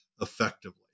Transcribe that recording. effectively